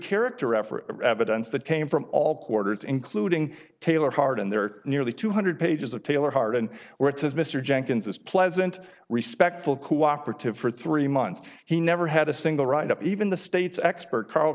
character effort of evidence that came from all quarters including taylor hardin there are nearly two hundred pages of taylor hard and where it says mr jenkins is pleasant respectful co operative for three months he never had a single write up even the state's expert carl